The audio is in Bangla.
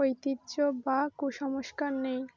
ঐতিহ্য বা কুসংস্কার নেই